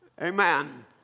Amen